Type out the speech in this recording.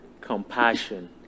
Compassion